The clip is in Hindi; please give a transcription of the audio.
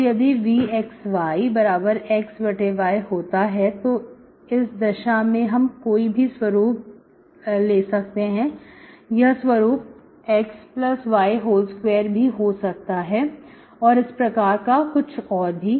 तो यदि vxyxy होता है तो इस दिशा में हम कोई भी स्वरूप चल सकते हैं यह स्वरूप xy2 भी हो सकता है और इस प्रकार का कुछ और भी